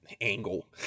Angle